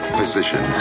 physician